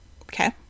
Okay